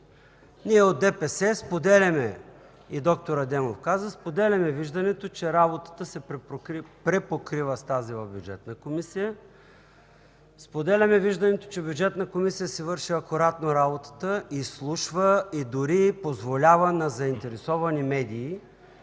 Ние от ДПС споделяме виждането – и д-р Адемов каза, че работата се препокрива с тази в Бюджетната комисия. Споделяме виждането, че Бюджетната комисия си върши акуратно работата – изслушва, дори позволява на заинтересовани медии